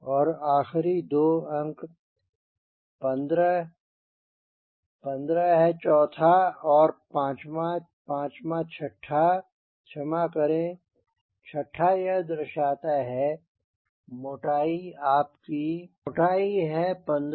और यह आखिरी दो अंक 15 15 है चौथा और पांचवा पांचवा और छठा क्षमा करें और छठा यह दर्शाती है मोटाई आपकी मोटाई है 15